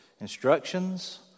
instructions